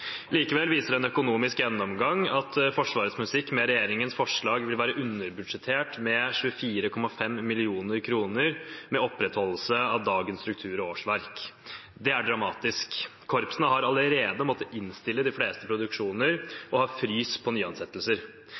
Likevel viser en økonomisk gjennomgang at Forsvarets musikk med regjeringens forslag ville være underbudsjettert med 24,5 mill. kr ved opprettholdelse av dagens struktur og årsverk. Det er dramatisk. Korpsene har allerede måttet innstille de fleste produksjoner og har «fryst» nyansettelser. Er representanten fra Høyre enig i at vi bør ha